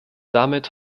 damit